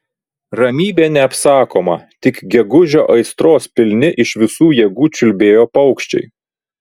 ramybė neapsakoma tik gegužio aistros pilni iš visų jėgų čiulbėjo paukščiai